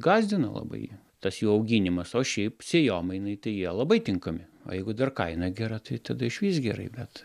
gąsdina labai tas jų auginimas o šiaip sėjomainai tai jie labai tinkami o jeigu dar kaina gera tai tada išvis gerai bet